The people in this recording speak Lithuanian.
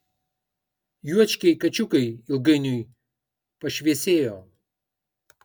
juočkiai kačiukai ilgainiui pašviesėjo